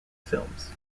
films